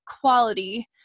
quality